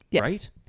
Right